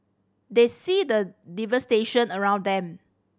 they see the devastation around them